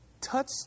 touch